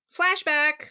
flashback